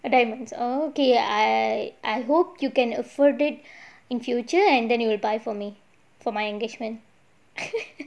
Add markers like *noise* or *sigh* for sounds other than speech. diamonds okay I I hope you can afford it in future and then you will buy for me for my engagement *laughs*